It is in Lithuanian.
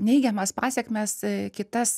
neigiamas pasekmes kitas